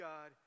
God